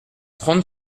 trente